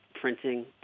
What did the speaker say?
printing